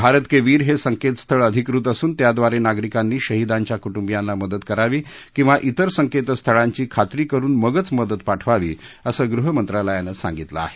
भारत के वीर हे संकेतस्थळ अधिकृत असून त्याद्वारे नागरिकांनी शहिदांच्या कुटुंबीयांना मदत करावी किंवा तिर संकेतस्थळांची खात्री करुन मगच मदत पाठवावी असं गृह मंत्रालयानं सांगितलं आहे